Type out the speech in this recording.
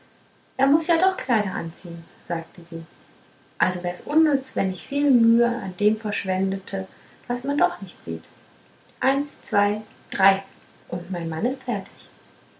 er muß ja doch kleider anziehen sagte sie also wär's unnütz wenn ich viel an dem mühe verschwendete was man doch nicht sieht eins zwei drei und mein mann ist fertig